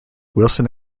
wilson